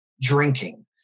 drinking